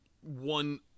one